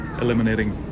eliminating